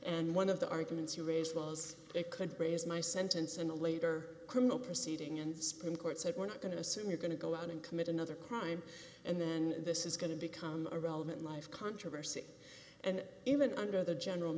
and one of the arguments you raised was it could raise my sentence in a later criminal proceeding and supreme court said we're not going to assume you're going to go out and commit another crime and then this is going to become irrelevant life controversy and even under the general